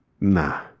Nah